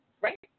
right